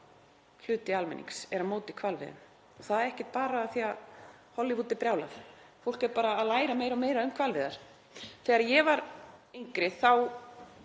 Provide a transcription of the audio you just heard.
hluti almennings er á móti hvalveiðum og það ekki bara af því að Hollywood er brjálað, fólk er bara að læra meira og meira um hvalveiðar. Þegar ég var yngri